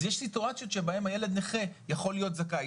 אז יש סיטואציות שבהן הילד נכה יכול להיות זכאי